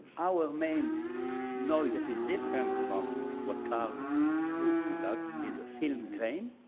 our main noise that is different from what carlo does is a film grain.